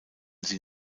sie